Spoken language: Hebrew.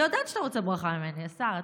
אני יודעת שאתה רוצה ברכה ממני, השר.